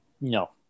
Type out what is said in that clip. No